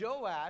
Joash